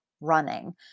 running